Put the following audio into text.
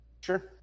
sure